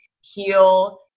heal